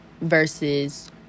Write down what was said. versus